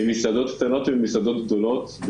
במסעדות קטנות ובמסעדות גדולות,